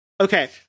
okay